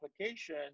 application